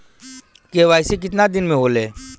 KYC कितना दिन में होले?